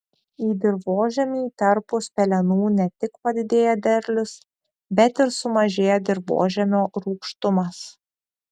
į dirvožemį įterpus pelenų ne tik padidėja derlius bet ir sumažėja dirvožemio rūgštumas